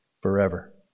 forever